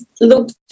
looked